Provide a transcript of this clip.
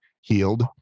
healed